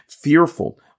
fearful